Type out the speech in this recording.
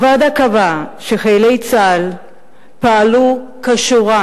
הוועדה קבעה שחיילי צה"ל פעלו כשורה,